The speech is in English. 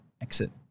exit